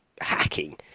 hacking